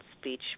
speech